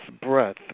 breath